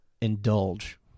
indulge